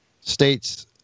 states